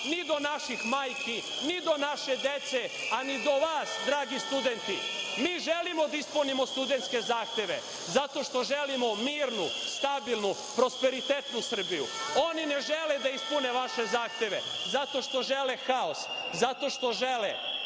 ni do naših majki, ni do naše dece, a ni do vas, dragi studenti. Mi želimo da ispunimo studentske zahteve zato što želimo mirnu, stabilnu, prosperitetnu Srbiju. Oni ne žele da ispune vaše zahteve zato što žele haos, zato što žele